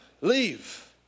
Leave